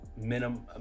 minimum